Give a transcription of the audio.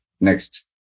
Next